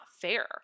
fair